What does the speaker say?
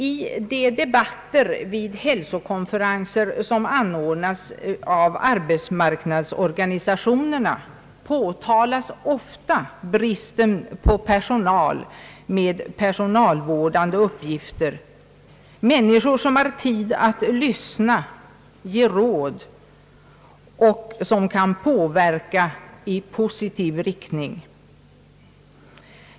I de debatter vid hälsokonferenser som anordnas av arbetsmarknadsorganisationerna påtalas ofta bristen på personal med personalvårdande uppgifter, människor som har tid att lyssna och ge råd och som kan utöva påverkan i positiv riktning.